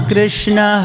Krishna